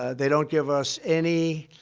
they don't give us any